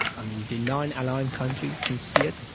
i mean the non-aligned countries can see it.